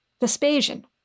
Vespasian